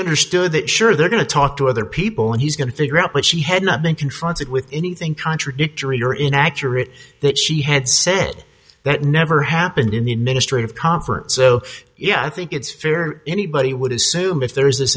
understood that sure they're going to talk to other people and he's going to figure out what she had not been confronted with anything contradictory or inaccurate that she had said that never happened in the administrative conference so yeah i think it's fair anybody would assume if there is this